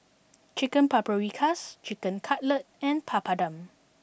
Chicken Paprikas Chicken Cutlet and Papadum